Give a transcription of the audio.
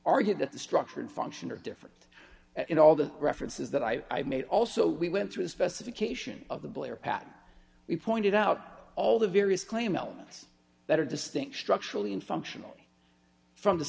argued that the structure and function are different in all the references that i made also we went through a specification of the blair pattern we pointed out all the various claim elements that are distinct structurally and functional from the